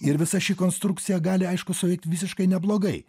ir visa ši konstrukcija gali aišku suveikt visiškai neblogai